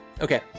Okay